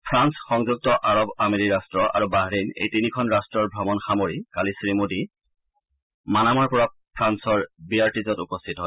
France সংযুক্ত আৰব আমিৰি ৰাট্ট আৰু বাহৰেইন এই তিনিখন ৰাট্টৰ অমণ সামৰি কালি শ্ৰীমোডী মানামাৰপৰা ফ্ৰান্সৰ বিয়াৰিট্জত উপস্থিত হয়